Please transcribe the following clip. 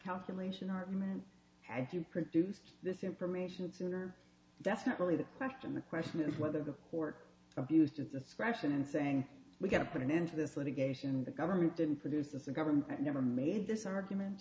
calculation are you produced this information sooner that's not really the question the question is whether the court abused its discretion and saying we're going to put an end to this litigation the government didn't produce the government never made this argument